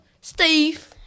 Steve